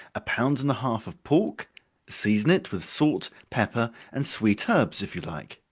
a pound and a half of pork season it with salt, pepper, and sweet herbs, if you like.